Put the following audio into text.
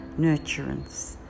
nurturance